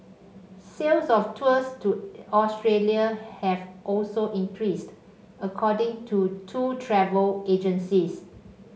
sales of tours to Australia have also increased according to two travel agencies